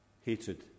Hatred